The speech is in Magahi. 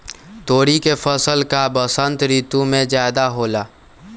तोरी के फसल का बसंत ऋतु में ज्यादा होला?